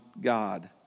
God